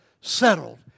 settled